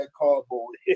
cardboard